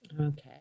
Okay